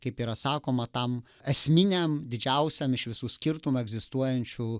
kaip yra sakoma tam esminiam didžiausiam iš visų skirtumų egzistuojančių